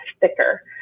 thicker